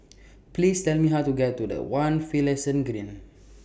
Please Tell Me How to get to The one Finlayson Green